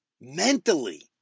mentally